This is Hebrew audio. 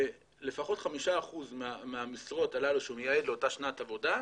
לפחות 5% מהמשרות הללו שהוא מייעד לאותה שנת עבודה,